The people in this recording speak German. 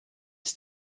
ist